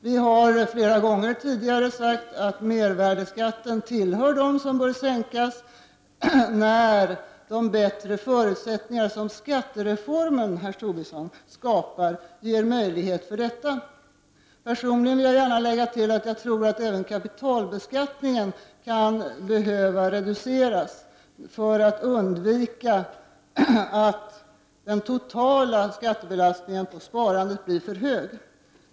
Vi har flera gånger tidigare framhållit att mervärdeskatten tillhör de skatter som måste sänkas när de bättre förutsättningar som skattereformen, Lars Tobisson, skapar ger möjligheter härtill. Peronligen vill jag gärna lägga till att jag tror att även kapitalbeskattningen kan behöva reduceras för att man skall kunna undvika att den totala skattebelastningen på sparandet blir för hög.